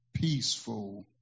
Peaceful